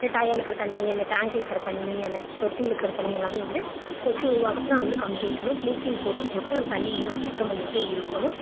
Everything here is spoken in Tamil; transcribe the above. டயரில் இருக்கிற தண்ணி இந்த டேங்க்கில் இருக்கிற தண்ணி அந்த தொட்டியில் இருக்கிற தண்ணி எல்லாம் வந்து கொசு உருவாக்குச்சுன்னா அதை வந்து கவுத்து விட்டுருணும் ப்ளீச்சிங் பவுட்ரு போட்டு அந்த தண்ணியை வந்து நம்ம சுத்தம் பண்ணிட்டே இருக்கணும்